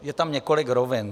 Je tam několik rovin.